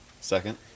Second